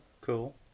Cool